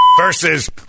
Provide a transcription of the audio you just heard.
versus